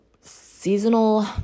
seasonal